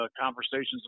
conversations